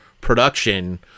production